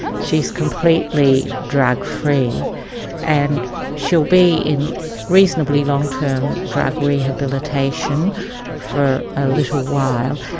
she's completely drug-free and she'll be in reasonably long-term drug rehabilitation for a little while,